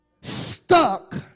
stuck